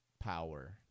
Power